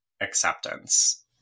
acceptance